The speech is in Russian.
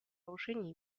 нарушений